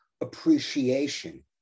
appreciation